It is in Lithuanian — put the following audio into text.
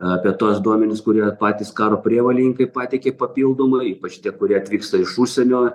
apie tuos duomenis kurie patys karo prievolininkai pateikė papildomai ypač tie kurie atvyksta iš užsienio